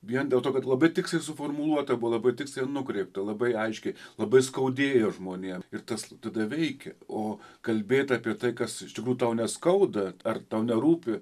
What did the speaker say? vien dėl to kad labai tiksliai suformuluota buvo labai tiksliai nukreipta labai aiškiai labai skaudėjo žmonėm ir tas tada veikė o kalbėt apie tai kas iš tikrųjų tau neskauda ar tau nerūpi